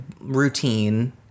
routine